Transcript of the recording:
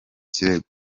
kirego